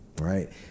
right